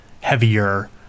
heavier